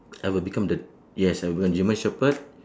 I will become the yes I want german shepherd